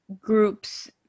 groups